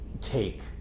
take